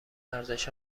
ارزش